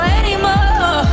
anymore